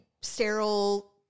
sterile